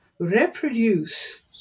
Reproduce